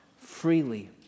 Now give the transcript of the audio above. Freely